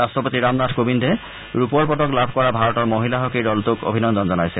ৰাষ্টপতি ৰামনাথ কোবিন্দে ৰূপৰ পদক লাভ কৰা ভাৰতৰ মহিলা হকীৰ দলটোক অভিনন্দন জনাইছে